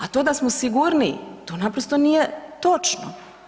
A to da smo sigurniji to naprosto nije točno.